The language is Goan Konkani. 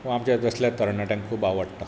वा आमच्या असल्या तरणाट्यांक खूब आवडटा